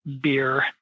beer